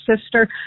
sister